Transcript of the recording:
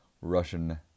russian